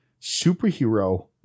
superhero